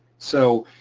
so